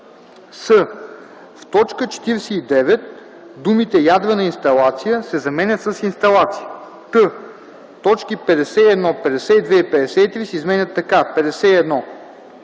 с) в т. 49 думите „ядрена инсталация” се заменят с „инсталация”; т) точки 51, 52 и 53 се изменят така: „51.